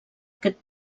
aquest